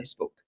Facebook